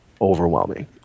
overwhelming